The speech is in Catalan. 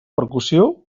percussió